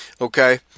okay